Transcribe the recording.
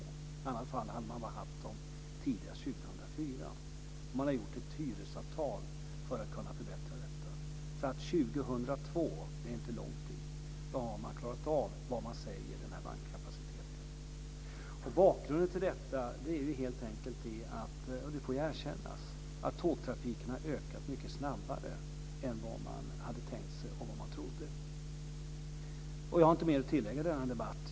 I annat fall hade man haft dem tidigast 2004. Man har träffat ett hyresavtal för att kunna förbättra situationen, så att 2002 - det är inte långt dit - kommer man, enligt vad man säger, att klara av den här vagnskapaciteten. Bakgrunden till detta är helt enkelt, och det får erkännas, att tågtrafiken har ökat mycket snabbare än vad man hade tänkt sig och trott. Jag har inte mycket mer att tillägga i denna debatt.